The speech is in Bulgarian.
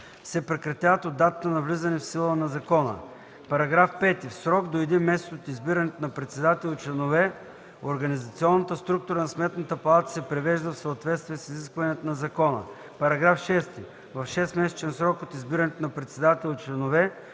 се прекратяват от датата на влизане в сила на закона. § 5. В срок до един месец от избирането на председател и членове организационната структура на Сметната палата се привежда в съответствие с изискванията на закона. § 6. В 6-месечен срок от избирането на председател и членове